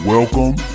Welcome